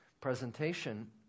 presentation